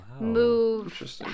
move